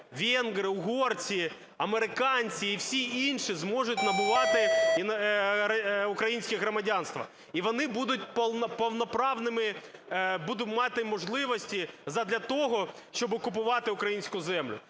венгри – угорці, американці і всі інші зможуть набувати українське громадянство. І вони будуть повноправними, будуть мати можливості задля того, щоб окупувати українську землю.